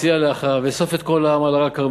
מציע לאחאב: אסוף את כל העם על הר-הכרמל,